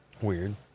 Weird